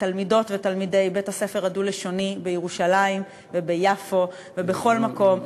תלמידות ותלמידי בית-הספר הדו-לשוני בירושלים וביפו ובכל מקום,